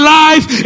life